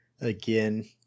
again